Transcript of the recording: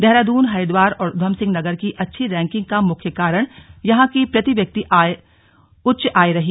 देहरादून हरिद्वार और ऊधमसिंहनगर की अच्छी रैंकिंग का मुख्य कारण यहां की प्रति व्यक्ति उच्च आय रहीं